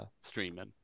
streaming